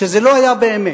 שזה לא היה באמת.